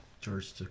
George